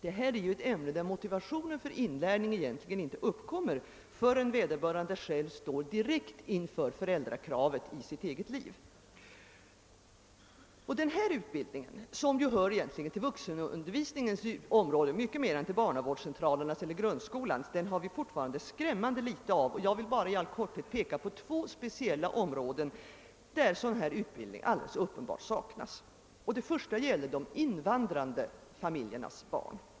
Detta är nämligen ett ämne där motivationen för inlärning egentligen inte uppkommer förrän vederbörande själv står direkt inför föräldrakravet i sitt eget liv. Denna utbildning, som hör till vuxenundervisningens område mycket mer än till barnavårdscentralernas eller grundskolans, har vi fortfarande skrämmande litet av. Jag vill bara i korthet peka på två områden där sådan utbildning alldeles uppenbart saknas. Det första gäller de invandrade familjernas barn.